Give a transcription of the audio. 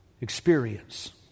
experience